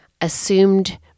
assumed